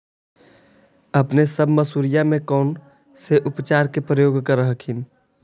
अपने सब मसुरिया मे कौन से उपचार के प्रयोग कर हखिन?